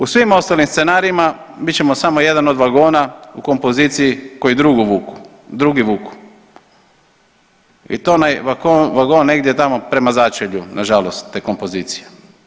U svim ostalim scenarijima bit ćemo samo jedan od vagona u kompoziciji koji drugi vuku i to onaj vagon negdje tamo prema začelju na žalost te kompozicije.